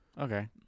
okay